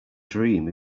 dream